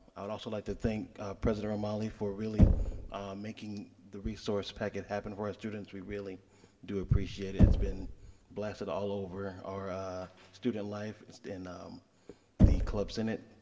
i would also like to thank president romali for really making the resource packet happen for our students. we really do appreciate it. it's been blasted all over our ah student life. it's in um the club senate,